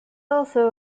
also